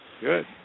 Good